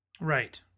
Right